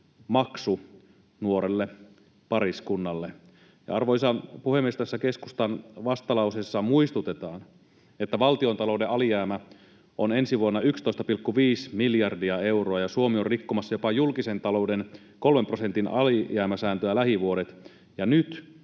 maksu nuorelle pariskunnalle. Arvoisa puhemies! Tässä keskustan vastalauseessa muistutetaan, että valtiontalouden alijäämä on ensi vuonna 11,5 miljardia euroa ja Suomi on rikkomassa jopa julkisen talouden kolmen prosentin alijäämäsääntöä lähivuodet. Ja